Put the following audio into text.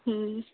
ᱦᱮᱸ